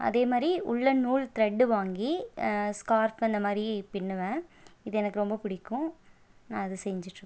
அதே மாதிரி உள்ளன் நூல் த்ரெட்டு வாங்கி ஸ்கார்ஃப் அந்த மாதிரி பிண்ணுவேன் இது எனக்கு ரொம்ப பிடிக்கும் நான் அது செஞ்சுகிட்டுருப்பேன்